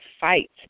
fight